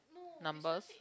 numbers